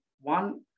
one